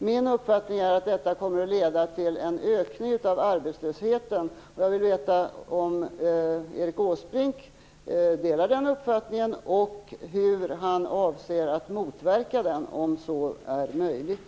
Min uppfattning är att detta kommer leda till en ökning av arbetslösheten. Jag vill veta om Erik Åsbrink delar den uppfattningen och hur han avser att motverka det om så är möjligt.